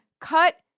cut